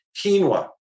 quinoa